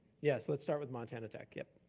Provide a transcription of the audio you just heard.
yes. let's start with montana tech, yep.